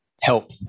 Help